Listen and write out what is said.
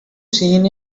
seen